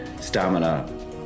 stamina